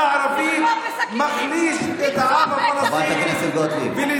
חברת הכנסת גוטליב.